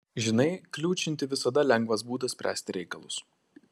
žinai kliūčinti visada lengvas būdas spręsti reikalus